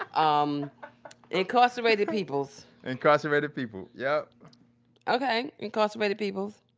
ah um incarcerated peoples? incarcerated people. yup okay. incarcerated peoples.